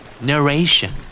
Narration